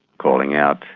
calling out,